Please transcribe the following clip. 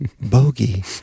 bogey